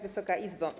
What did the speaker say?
Wysoka Izbo!